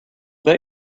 bet